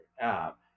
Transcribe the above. app